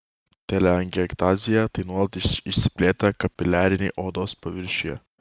teleangiektazija tai nuolat išsiplėtę kapiliarai odos paviršiuje